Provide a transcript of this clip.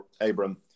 Abram